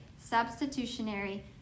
substitutionary